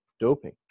doping